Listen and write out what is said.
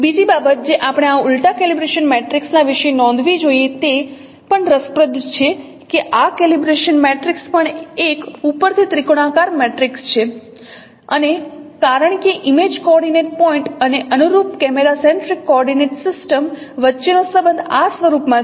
બીજી બાબત જે આપણે આ ઉલટા કેલિબ્રેશન મેટ્રિક્સ ના વિશે નોંધવી જોઈએ તે પણ રસપ્રદ છે કે આ કેલિબ્રેશન મેટ્રિક્સ પણ એક ઉપરથી ત્રિકોણાકાર મેટ્રિક્સ છે અને કારણ કે ઇમેજ કોઓર્ડિનેંટ પોઇન્ટ અને અનુરૂપ કેમેરા સેન્ટ્રિક કોઓર્ડિનેટ સિસ્ટમ વચ્ચેનો સંબંધ આ સ્વરૂપમાં છે